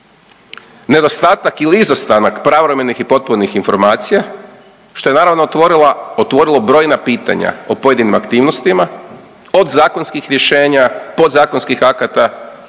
nedostatak ili izostanak pravovremenih i potpunih informacija što je naravno otvorilo brojna pitanja o pojedinim aktivnostima od zakonskih rješenja, podzakonskih akata